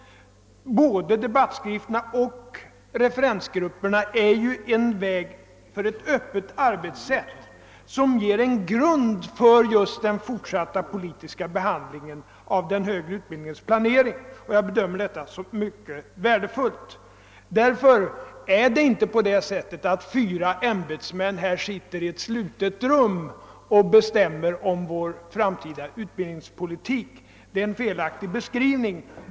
Både debattskrifterna och referensgrupperna är en väg till ett öppet arbetssätt som ger en grund för den fortsatta politiska behandlingen av den högre utbildningens planering, och jag bedömer detta som mycket värdefullt. Därför är det inte på det sättet att fyra ämbetsmän sitter i ett slutet rum och bestämmer om vår framtida utbildningspolitik — det är en felaktig beskrivning.